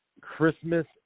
Christmas